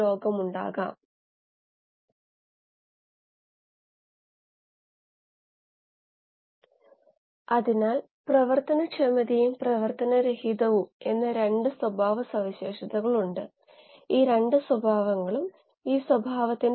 1 കണ്ടു അതിന്റെ പരിഹാരവും നമ്മൾ പരിശോധിച്ചുവെന്ന് ഞാൻ കരുതുന്നു